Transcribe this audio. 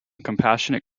compassionate